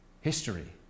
history